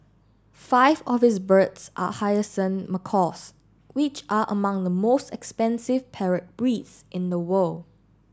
five of his birds are hyacinth macaws which are among the most expensive parrot breeds in the world